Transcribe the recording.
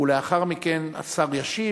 ולאחר מכן השר ישיב,